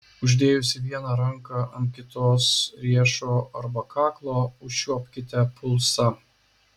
uždėjusi vieną ranką ant kitos riešo arba kaklo užčiuopkite pulsą